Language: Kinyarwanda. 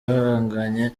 bahanganye